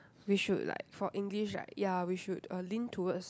we should like for English right ya we should uh lean towards